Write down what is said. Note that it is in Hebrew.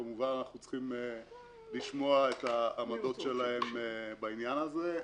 כמובן אנחנו צריכים לשמוע את העמדות שלהם בעניין הזה.